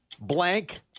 blank